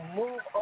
move